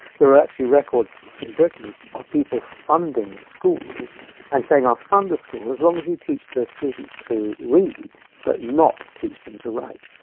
there are actually records in britain of people funding schools and saying i'll fund the school as long as you teach those students to read but not teach them to write.